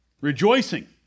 rejoicing